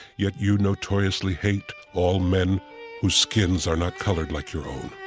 yet you notoriously hate all men whose skins are not colored like your own.